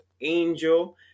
Angel